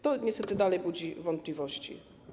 To niestety dalej budzi wątpliwości.